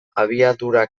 abiadura